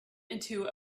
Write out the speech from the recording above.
into